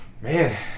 Man